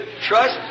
trust